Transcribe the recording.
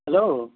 hello